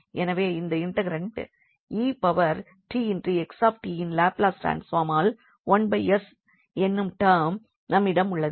எனவே இந்த இன்டெக்ரண்ட் 𝑒𝑡𝑥𝑡இன் லாப்லஸ் ட்ரான்ஸ்பார்மால் 1s எனும் டேர்ம் நம்மிடம் உள்ளது